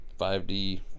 5D